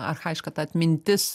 archajiška ta atmintis